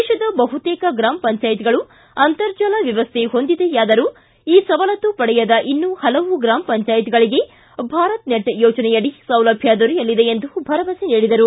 ದೇಶದ ಬಹುತೇಕ ಗ್ರಾಮ ಪಂಚಾಯತ್ಗಳು ಅಂತರ್ಜಾಲ ವ್ಯವಸ್ಥೆ ಹೊಂದಿವೆಯಾದರೂ ಈ ಸವಲತ್ತು ಪಡೆಯದ ಇನ್ನೂ ಹಲವು ಗ್ರಾಮ ಪಂಚಾಯತ್ಗಳಗೆ ಭಾರತ್ ನೆಟ್ ಯೋಜನೆಯಡಿ ಸೌಲಭ್ಯ ದೊರೆಯಲಿದೆ ಎಂದು ಭರವಸೆ ನೀಡಿದರು